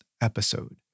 episode